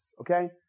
okay